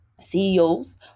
CEOs